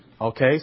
Okay